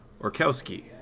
Orkowski